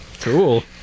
cool